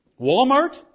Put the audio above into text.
Walmart